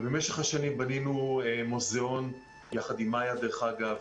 ובמשך השנים בנינו מוזיאון יחד עם מיה, דרך אגב.